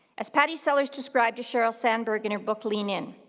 as pattie sellers described to sheryl sandberg in her book lean in,